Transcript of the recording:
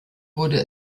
wurde